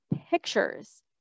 pictures